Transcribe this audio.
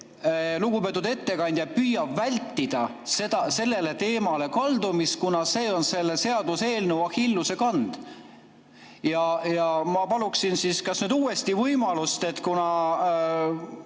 Lugupeetud ettekandja püüab vältida sellele teemale kaldumist, kuna see on selle seaduseelnõu Achilleuse kand. Ja ma paluksin nüüd uuesti võimalust. Kuna